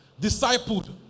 discipled